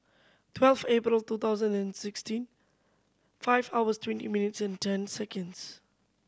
twelve April two thousand and sixteen five hours twenty minutes and ten seconds